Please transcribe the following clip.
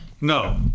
no